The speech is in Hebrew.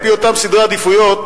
על-פי אותם סדרי עדיפויות